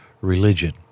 religion